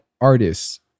artists